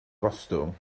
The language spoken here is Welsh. gostwng